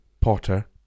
Potter